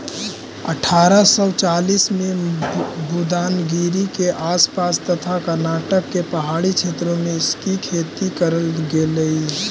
अठारा सौ चालीस में बुदानगिरी के आस पास तथा कर्नाटक के पहाड़ी क्षेत्रों में इसकी खेती करल गेलई